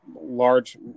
Large